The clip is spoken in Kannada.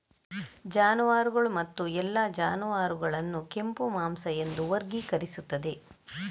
ಜಾನುವಾರುಗಳು ಮತ್ತು ಎಲ್ಲಾ ಜಾನುವಾರುಗಳನ್ನು ಕೆಂಪು ಮಾಂಸ ಎಂದು ವರ್ಗೀಕರಿಸುತ್ತದೆ